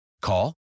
Call